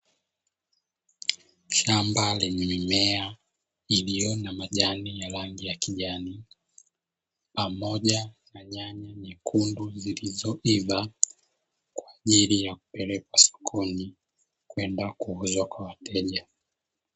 Shamba lenye mimea iliyo na majani ya rangi ya kijani, pamoja na nyanya nyekundu zilizoiva, kwa ajili ya kupelekwa sokoni kwenda kuuzwa kwa wateja.